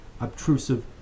obtrusive